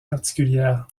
particulières